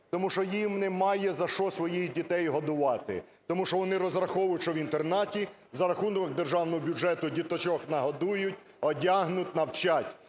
Тому що їм немає за що своїх дітей годувати. Тому що вони розраховують, що в інтернаті за рахунок державного бюджету діточок нагодують, одягнуть, навчать.